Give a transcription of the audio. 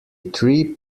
three